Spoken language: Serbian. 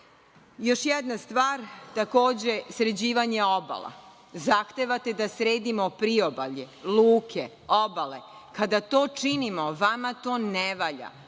jedna stvar – sređivanje obala. Zahtevate da sredimo priobalje, luke, obale. Kada to činimo, vama to ne valja.